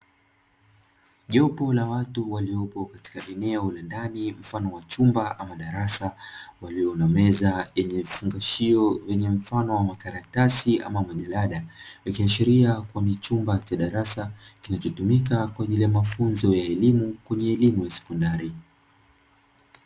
Jopo la watu waliopo katika eneo la ndani mfano wa chumba ama darasa ulio na meza yenye vifungashio vyenye mfano wa makaratasi ama majarada, ikiashiria kuwa ni chumba cha darasa; kilichotumika kwa ajili ya mafunzo ya elimu ya kwenye elimu ya sekondari.